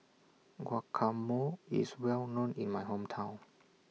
Guacamole IS Well known in My Hometown